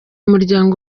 muryango